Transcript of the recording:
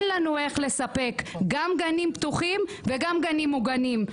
לנו איך לספק גם גנים פתוחים וגם גנים מוגנים.